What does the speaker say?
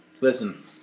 Listen